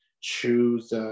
choose